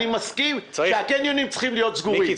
אני מסכים שהקניונים צריכים להיות סגורים -- מיקי,